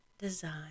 design